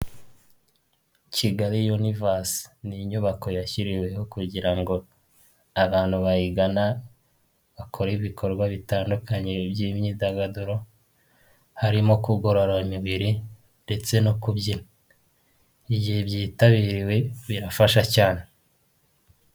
Kigali univase, ni inyubako yashyiriweho kugira ngo abantu bayigana, bakore ibikorwa bitandukanye by'imyidagaduro, harimo kugorora imibiri, ndetse no kubyina, mu gihe byitabiriwe birafasha cyane.